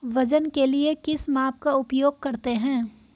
वजन के लिए किस माप का उपयोग करते हैं?